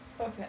Okay